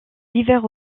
divers